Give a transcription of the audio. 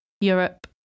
Europe